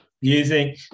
Using